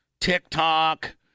TikTok